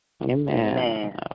Amen